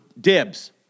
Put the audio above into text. dibs